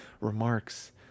remarks